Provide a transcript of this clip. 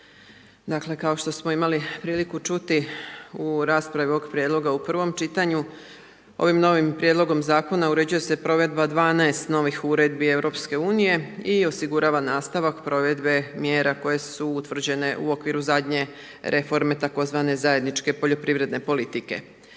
dakle kao što smo imali priliku čuti u raspravi ovog prijedloga u prvom čitanju, ovim novim prijedlogom zakona uređuje se provedba 12 novih uredbi EU i osigurava nastavak provedbe mjera koje su utvrđene u okviru zadnje reforme tzv. zajedničke poljoprivredne politike.